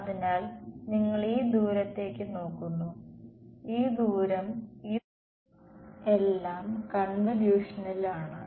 അതിനാൽ നിങ്ങൾ ഈ ദൂരത്തേക്ക് നോക്കുന്നു ഈ ദൂരം ഈ ദൂരങ്ങൾ എല്ലാം കൺവല്യൂഷനിൽ ആണ്